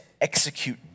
execute